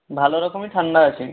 ভালো রকমই ঠান্ডা আছে